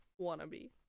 wannabe